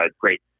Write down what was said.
great